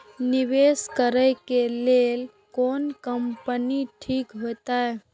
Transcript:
निवेश करे के लेल कोन कंपनी ठीक होते?